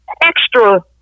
extra